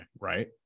right